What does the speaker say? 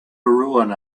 ruin